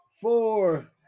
Four